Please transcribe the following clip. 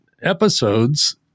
episodes